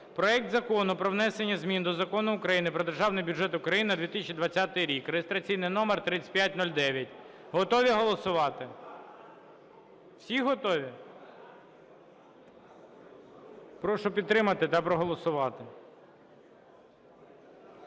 проект Закону про внесення змін до Закону України "Про Державний бюджет України на 2020 рік" (реєстраційний номер 3509). Готові голосувати? Всі готові? Прошу підтримати та проголосувати.